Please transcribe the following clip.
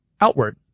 outward